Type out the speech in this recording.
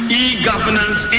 e-governance